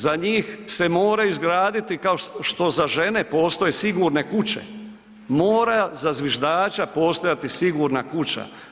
Za njih se moraju izgraditi, kao što za žene postoje sigurne kuće, mora za zviždača postojati sigurna kuća.